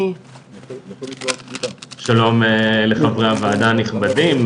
שלום לחברי הוועדה הנכבדים.